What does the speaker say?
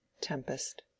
TEMPEST